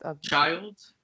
Child